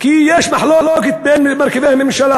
כי יש מחלוקת בין מרכיבי הממשלה,